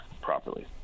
properly